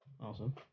Awesome